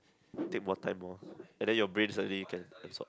take more time lor and then your brain suddenly can absorb